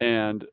and